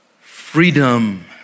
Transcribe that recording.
freedom